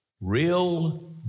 real